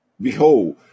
behold